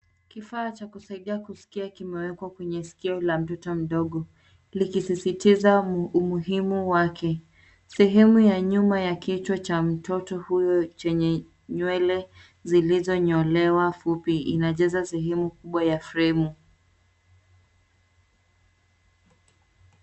Kifaa cha kusaidia kusikia kimewekwa kwenye sikio la mtoto mdogo likisisitiza umuhimu wake. Sehemu ya nyuma ya ki hwa cha mtoto huyo chenye nywele zilizo nyolewa fupi inajaza sehemu kubwa ya fremu.